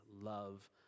love